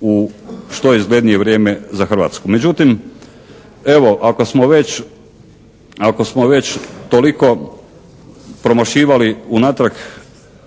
u što izglednije vrijeme za Hrvatsku. Međutim, evo ako smo već toliko promašivali unatrag